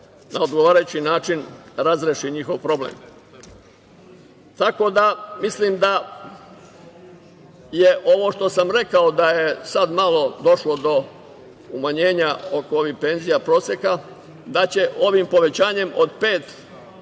na odgovarajući način razreši. Tako da, mislim da je ovo što sam rekao, da je sad malo došlo do umanjenja oko ovih penzija proseka, da će se ovim povećanjem od